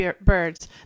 birds